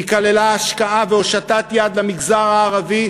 היא כללה השקעה והושטת יד למגזר הערבי,